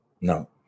No